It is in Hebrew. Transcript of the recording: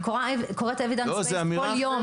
אני קוראת Evidence based כל יום.